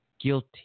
guilty